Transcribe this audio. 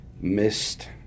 missed